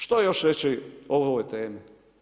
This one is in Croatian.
Što još reći o ovoje temi?